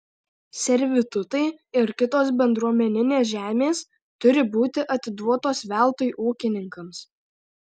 servitutai ir kitos bendruomeninės žemės turi būti atiduotos veltui ūkininkams